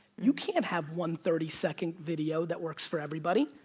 you can't have one thirty second video that works for everybody.